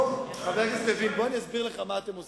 חבר הכנסת לוין, בוא אני אסביר לך מה אתם עושים,